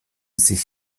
sich